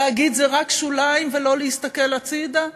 להגיד "זה רק שוליים" ולא להסתכל הצדה?